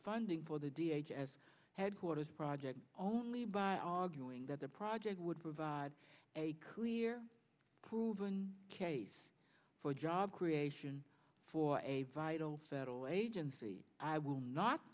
funding for the d h as headquarters project only by all going that the project would provide a clear proven case for job creation for a vital federal agency i will not